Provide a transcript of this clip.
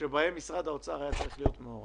שבהם משרד האוצר היה צריך להיות מעורב.